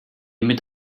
mit